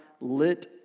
lit